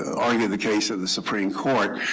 argue the case of the supreme court.